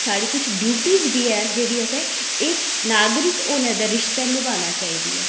साढ़ी कुछ ड्यूटीज बी है जेह्ड़ी असें इक नागरिक होने दे रिश्ते नभाना चाहिदियां